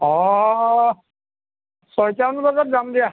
অঁ ছটামান বজাত যাম দিয়া